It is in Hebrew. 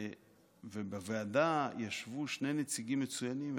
ובוועדה ישבו שני נציגים מצוינים,